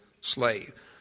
slave